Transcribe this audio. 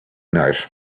night